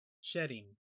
shedding